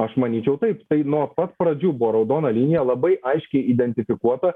aš manyčiau taip tai nuo pat pradžių buvo raudona linija labai aiškiai identifikuota